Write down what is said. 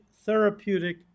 therapeutic